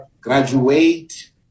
graduate